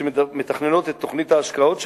שמתכננות את תוכנית ההשקעות שלהן,